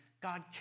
God